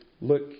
look